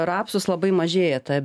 rapsus labai mažėja ta